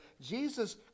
Jesus